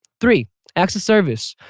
three acts of service.